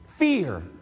fear